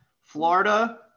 Florida